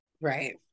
right